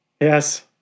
Yes